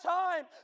time